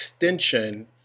extension